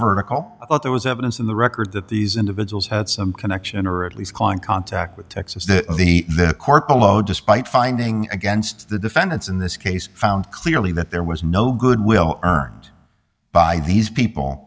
vertical but there was evidence in the record that these individuals had some connection or at least call in contact with texas that the the court below despite finding against the defendants in this case found clearly that there was no goodwill earned by these people